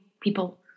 people